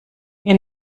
ihr